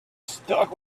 stuck